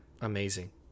amazing